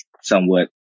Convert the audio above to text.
somewhat